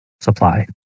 supply